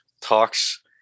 talks